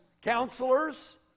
counselors